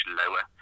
lower